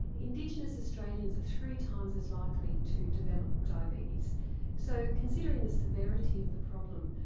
indigenous australians are three times as likely to develop diabetes so considering the severity of the problem,